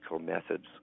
methods